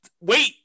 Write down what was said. wait